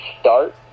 start